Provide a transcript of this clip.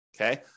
okay